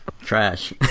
Trash